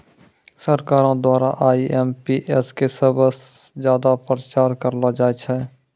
सरकारो द्वारा आई.एम.पी.एस क सबस ज्यादा प्रचार करलो जाय छै